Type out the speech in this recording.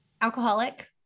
alcoholic